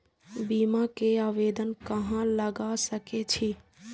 बीमा के आवेदन कहाँ लगा सके छी?